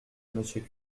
monsieur